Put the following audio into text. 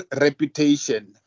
reputation